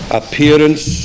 appearance